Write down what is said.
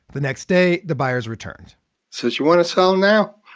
the next day the buyer's returned says, you want to sell now?